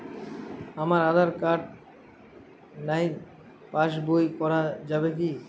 আমার আঁধার কার্ড নাই পাস বই করা যাবে কি?